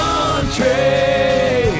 Country